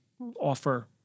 offer